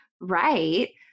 right